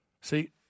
See